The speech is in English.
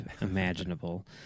imaginable